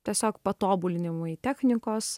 tiesiog patobulinimui technikos